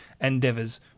endeavors